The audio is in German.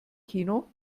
kino